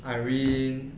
irene